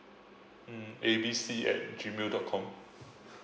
mm A B C at G mail dot com